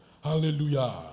Hallelujah